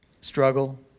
struggle